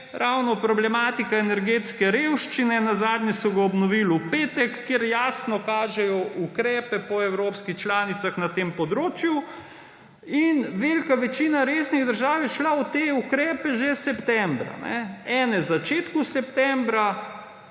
ravno problematika energetske revščine, nazadnje so ga obnovili v petek, kjer jasno kažejo ukrepe po evropskih članicah na tem področju. In velika večina resnih držav je šla v te ukrepe že septembra. Ene na začetku septembra,